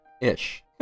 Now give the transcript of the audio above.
ish